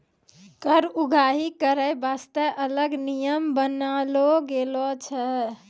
कर उगाही करै बासतें अलग नियम बनालो गेलौ छै